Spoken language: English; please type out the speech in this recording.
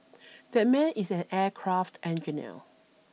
that man is an aircraft engineer